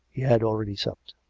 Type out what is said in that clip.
he had already supped.